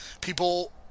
People